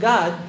God